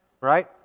Right